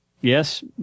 Yes